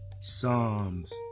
Psalms